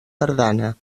tardana